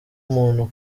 umuntu